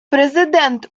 президент